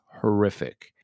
horrific